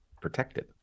protected